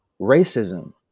racism